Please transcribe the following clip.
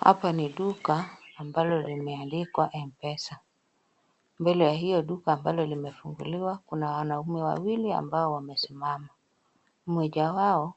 Hapa ni duka ambalo limeandikwa M-pesa mbele ya hiyo duka ambalo limefunguliwa kuna wanaume wawili ambao wamesimama mmoja wao